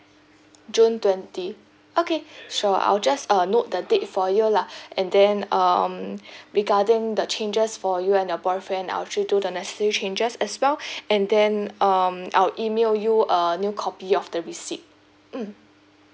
june twenty okay sure I'll just uh note the date for you lah and then um regarding the changes for you and your boyfriend I'll actually do the necessary changes as well and then um I'll email you a new copy of the receipt mm